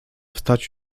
wstać